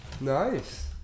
Nice